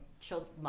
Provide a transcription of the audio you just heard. children